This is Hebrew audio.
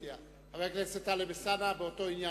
חבר הכנסת טלב אלסאנע, באותו עניין.